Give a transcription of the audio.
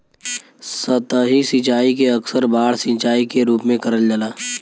सतही सिंचाई के अक्सर बाढ़ सिंचाई के रूप में करल जाला